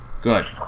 Good